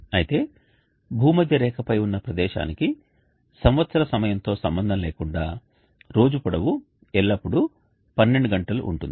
అయితే భూమధ్యరేఖపై ఉన్న ప్రదేశానికి సంవత్సరం సమయంతో సంబంధం లేకుండా రోజు పొడవు ఎల్లప్పుడూ 12 గంటలు ఉంటుంది